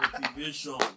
motivation